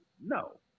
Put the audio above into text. No